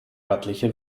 örtliche